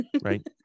right